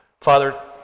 Father